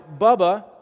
Bubba